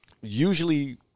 usually